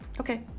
Okay